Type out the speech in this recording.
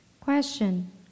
Question